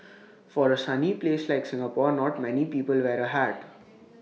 for A sunny place like Singapore not many people wear A hat